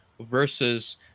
versus